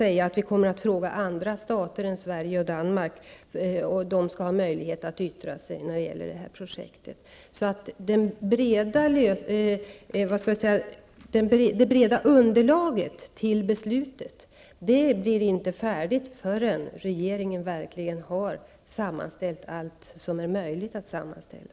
Även andra stater än Sverige och Danmark skall ha möjlighet att yttra sig när det gäller det här projektet. Det breda underlaget till beslutet blir inte färdigt förrän regeringen verkligen har sammanställt allt som är möjligt att sammanställa.